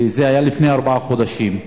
זה היה לפני ארבעה חודשים.